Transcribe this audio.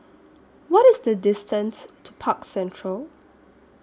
What IS The distance to Park Central